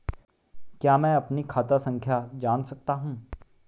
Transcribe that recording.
क्या मैं अपनी खाता संख्या जान सकता हूँ?